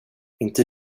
inte